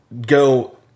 go